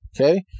okay